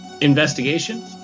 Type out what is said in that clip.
Investigation